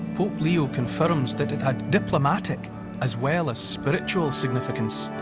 pope leo confirms that it had diplomatic as well as spiritual significance.